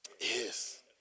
Yes